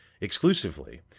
exclusively